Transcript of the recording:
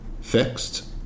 fixed